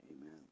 Amen